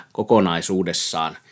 kokonaisuudessaan